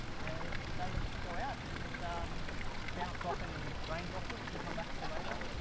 and they go out and um bounce off any rain droplets and come back to the radar.